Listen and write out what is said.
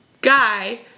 guy